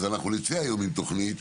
אז אנחנו נצא היום עם תוכנית,